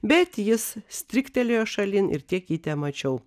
bet jis stryktelėjo šalin ir tiek jį temačiau